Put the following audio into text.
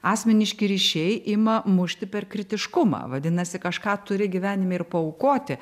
asmeniški ryšiai ima mušti per kritiškumą vadinasi kažką turi gyvenime ir paaukoti